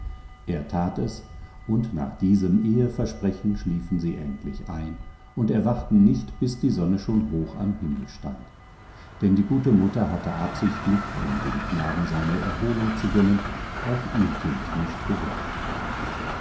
er tat es und nach diesem eheversprechen schliefen sie endlich ein und erwachten nicht bis die sonne schon hoch am himmel stand denn die gute mutter hatte absichtlich um dem knaben seine erholung zu gönnen auch ihr kind nicht geweckt